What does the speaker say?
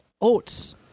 oats